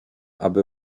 aby